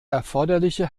erforderliche